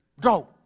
Go